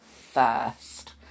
first